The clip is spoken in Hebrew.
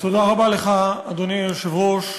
אדוני היושב-ראש,